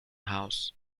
house